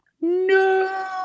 No